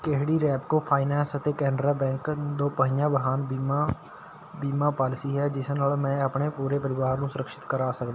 ਜਿਹੜੀ ਰੈਪਕੋ ਫਾਈਨੈਂਸ ਅਤੇ ਕੈਨਰਾ ਬੈਂਕ ਦੋਪਹੀਆ ਵਾਹਨ ਬੀਮਾ ਬੀਮਾ ਪਾਲਿਸੀ ਹੈ ਜਿਸ ਨਾਲ ਮੈਂ ਆਪਣੇ ਪੂਰੇ ਪਰਿਵਾਰ ਨੂੰ ਸੁਰਕਸ਼ਿਤ ਕਰਾ ਸਕਦਾ